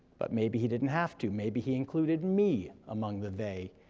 but maybe he didn't have to, maybe he included me among the they.